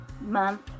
month